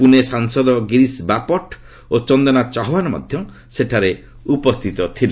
ପୁନେ ସାଂସଦ ଗିରିଶ ବାପଟ୍ ଓ ବନ୍ଦନା ଚହ୍ପାନ ମଧ୍ୟ ସେଠରେ ଉପସ୍ଥିତ ଥିଲେ